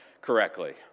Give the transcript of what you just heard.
correctly